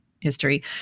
history